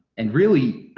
and really,